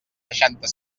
seixanta